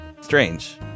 Strange